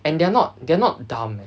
and they're not they're not dumb eh